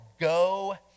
go